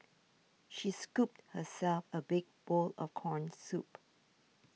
she scooped herself a big bowl of Corn Soup